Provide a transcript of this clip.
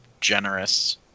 generous